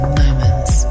moments